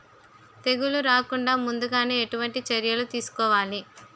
తెగుళ్ల రాకుండ ముందుగానే ఎటువంటి చర్యలు తీసుకోవాలి?